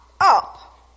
up